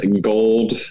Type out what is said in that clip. gold